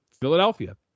Philadelphia